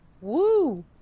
Woo